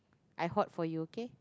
I hoard for you okay